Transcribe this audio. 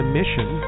mission